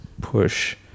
push